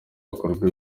hakorwa